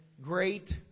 great